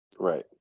Right